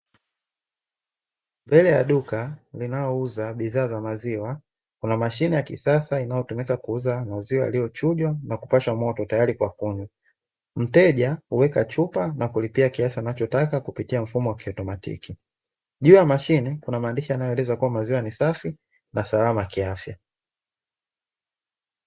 Mbele ya duka linalouza bidhaa za maziwa kuna mashine ya kisasa inayotumika kuuza maziwa yaliochujwa na kupashwa moto tayari kwa kunywa, mteja huweka chupa na kilipia kiasi anachotaka kwa mfumo wa kiautomatiki juu ya mashine kuna maneno yanayoeleza kuwa maziwa ni safi na salama kiafya.